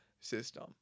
system